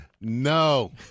No